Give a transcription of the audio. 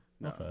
No